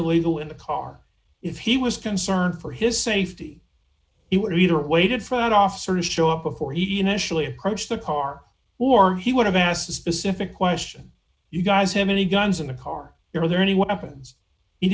illegal in the car if he was concerned for his safety he would either waited for an officer to show up before he initially approached the car or he would have asked a specific question you guys have any guns in the car are there any weapons